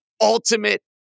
ultimate